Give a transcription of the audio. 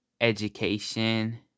education